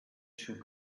two